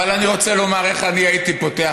אבל אני רוצה לומר איך אני הייתי פותח